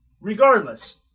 regardless